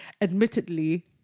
Admittedly